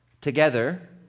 together